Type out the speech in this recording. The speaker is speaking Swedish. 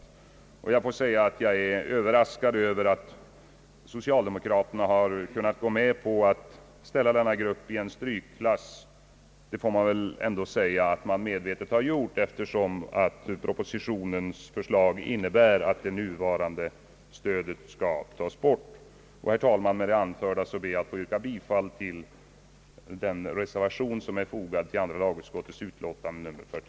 Jag är överraskad över att socialdemokraterna har kunnat gå med på att sätta denna grupp i strykklass. Det får man väl ändå säga har skett nu, eftersom propositionens förslag innebär att nuvarande stöd skall tas bort.